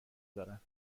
دارند